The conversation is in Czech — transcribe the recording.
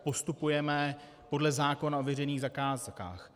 Postupujeme podle zákona o veřejných zakázkách.